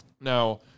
Now